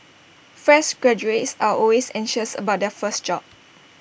fresh graduates are always anxious about their first job